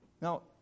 Now